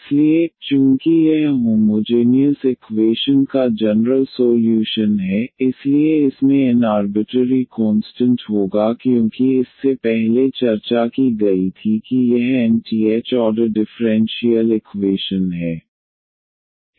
इसलिए चूंकि यह होमोजेनियस इकवेशन का जनरल सोल्यूशन है इसलिए इसमें n आर्बिटरी कोंस्टंट होगा क्योंकि इससे पहले चर्चा की गई थी कि यह nth ऑर्डर डिफरेंशियल इकवेशन है